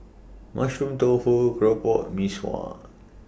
Mushroom Tofu Keropok and Mee Sua